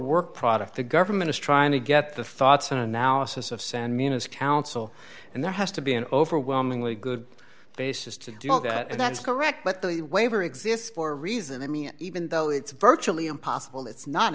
work product the government is trying to get the thoughts and analysis of sand menas council and there has to be an overwhelmingly good basis to do all that and that is correct but the waiver exists for a reason i mean even though it's virtually impossible it's not